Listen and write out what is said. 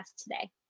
today